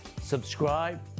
subscribe